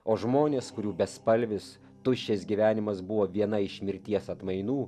o žmonės kurių bespalvis tuščias gyvenimas buvo viena iš mirties atmainų